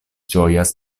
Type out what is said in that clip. ĝojas